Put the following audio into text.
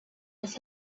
was